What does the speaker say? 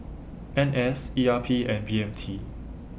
N S E R P and B M T